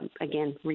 again